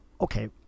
Okay